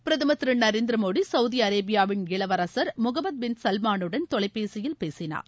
பிரதமர் திரு நரேந்திர மோடி சவுதி அரேபியாவின் இளவரசர் முகமது பின் சல்மானுடன் தொலைபேசியில் பேசினார்